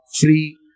free